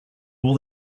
all